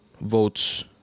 votes